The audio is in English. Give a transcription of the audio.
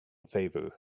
favor